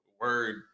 word